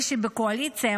מי שבקואליציה,